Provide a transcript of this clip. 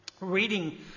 reading